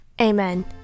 Amen